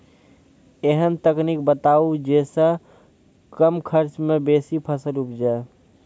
ऐहन तकनीक बताऊ जै सऽ कम खर्च मे बेसी फसल उपजे?